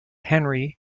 henry